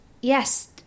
Yes